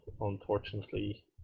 unfortunately